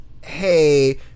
hey